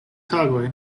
tagoj